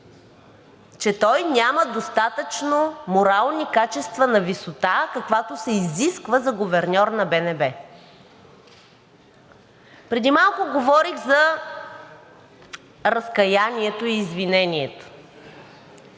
че той няма достатъчно морални качества на висота, каквито се изискват за гуверньор на БНБ“? Преди малко говорих за разкаянието и извинението.